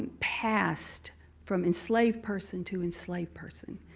passed from enslaved person to enslaved person,